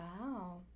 Wow